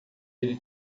ele